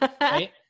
right